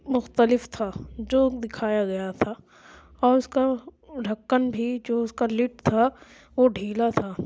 مختلف تھا جو دکھایا گیا تھا اور اس کا ڈھکن بھی جو اس کا لڈ تھا وہ ڈھیلا تھا